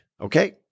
okay